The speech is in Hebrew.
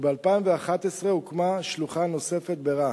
וב-2011 הוקמה שלוחה נוספת ברהט.